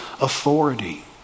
authority